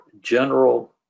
general